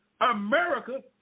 America